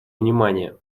внимания